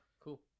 cool